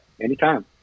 anytime